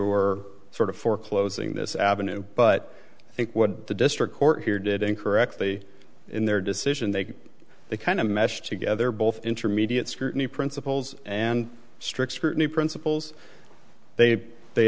're sort of foreclosing this avenue but i think what the district court here did incorrectly in their decision they they kind of meshed together both intermediate scrutiny principles and strict scrutiny principles they they